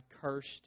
cursed